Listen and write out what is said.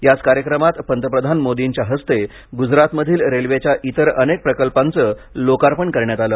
याच कार्यक्रमात पंतप्रधान मोदींच्या हस्ते गुजरातमधील रेल्वेच्या इतर अनेक प्रकल्पांचही लोकार्पण करण्यात आलं